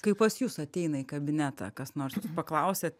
kai pas jus ateina į kabinetą kas nors ir paklausia